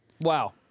Wow